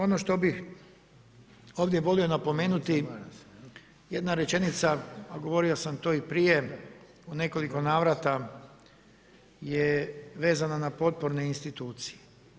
Ono što bih ovdje volio napomenuti, jedna rečenica, a govorio sam to i prije u nekoliko navrata je vezana na potporne institucije.